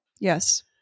Yes